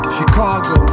Chicago